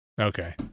Okay